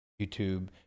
YouTube